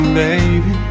baby